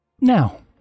Now